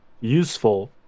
useful